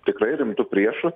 tikrai rimtu priešu